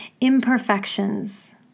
imperfections